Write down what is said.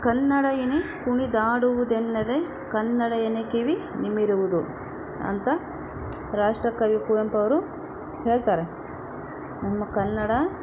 ಕನ್ನಡ ಎನೆ ಕುಣಿದಾಡುವುದೆನ್ನೆದೆ ಕನ್ನಡ ಎನೆ ಕಿವಿ ನಿಮಿರುವುದು ಅಂತ ರಾಷ್ಟ್ರಕವಿ ಕುವೆಂಪು ಅವರು ಹೇಳ್ತಾರೆ ನಮ್ಮ ಕನ್ನಡ